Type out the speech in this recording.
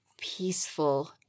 peaceful